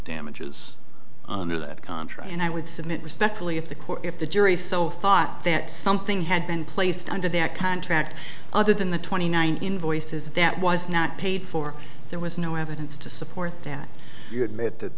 damages under that contract and i would submit respectfully if the court if the jury so fought that something had been placed under their contract other than the twenty nine invoices that was not paid for there was no evidence to support that